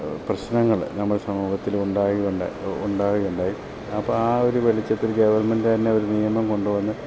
പ്രശ്നങ്ങൾ നമ്മുടെ സമൂഹത്തിൽ ഉണ്ടാകുക ഉണ്ടായി ഉണ്ടാകുക ഉണ്ടായി അപ്പം ആ ഒരു വെളിച്ചത്തിൽ ഗെവണ്മെൻറ്റ് തന്നെ ഒരു നിയമം കൊണ്ടു വന്ന്